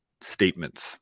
statements